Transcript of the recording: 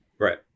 Right